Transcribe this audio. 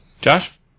Josh